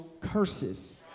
curses